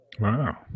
Wow